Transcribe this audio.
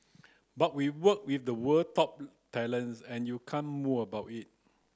but we work with the world top talents and you can moan about it